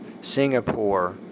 Singapore